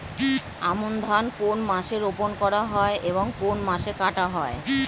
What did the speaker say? আমন ধান কোন মাসে রোপণ করা হয় এবং কোন মাসে কাটা হয়?